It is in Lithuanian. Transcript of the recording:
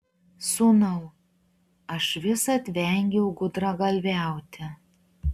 sūnau aš visad vengiau gudragalviauti